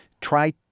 try